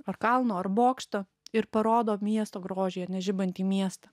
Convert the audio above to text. ar kalno ar bokšto ir parodo miesto grožį ane žibantį miestą